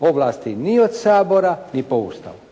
ovlasti ni od Sabora ni po Ustavu.